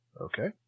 Okay